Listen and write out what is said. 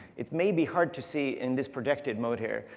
it may be hard to see in this projected mode here,